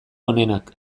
onenak